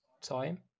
time